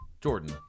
Jordan